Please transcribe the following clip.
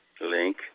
link